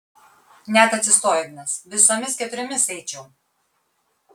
net atsistojo ignas visomis keturiomis eičiau